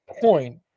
point